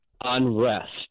unrest